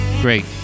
great